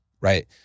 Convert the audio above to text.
right